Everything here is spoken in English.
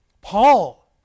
Paul